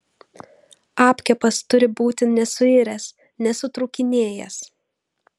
apkepas turi būti nesuiręs nesutrūkinėjęs